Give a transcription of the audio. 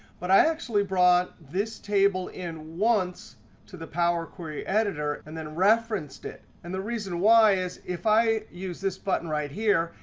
but i actually brought this table in once to the power query editor and then referenced it. and the reason why is if i use this button right here,